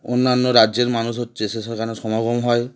অন্যান্য রাজ্যের মানুষ হচ্ছে শেষব এখানে সমাগম হয়